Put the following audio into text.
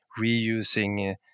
reusing